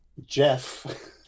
Jeff